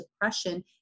depression